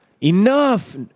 enough